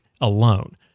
alone